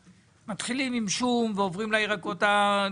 מתחילים עם שום, אחר כך עוברים לדברים אחרים.